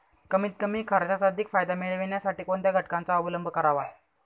कमीत कमी खर्चात अधिक फायदा मिळविण्यासाठी कोणत्या घटकांचा अवलंब करावा?